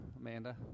Amanda